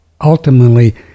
ultimately